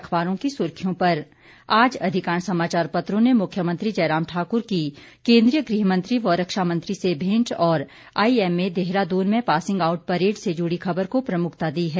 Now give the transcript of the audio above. अखबारों सुर्खियों आज अधिकांश समाचार पत्रों ने मुख्यमंत्री जयराम ठाकुर की केंद्रीय गृह मंत्री व रक्षा मंत्री से भेंट और आईएमए देहरादून में पासिंग आउट परेड से जुड़ी खबर को प्रमुखता दी है